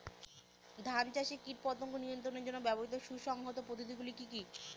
ধান চাষে কীটপতঙ্গ নিয়ন্ত্রণের জন্য ব্যবহৃত সুসংহত পদ্ধতিগুলি কি কি?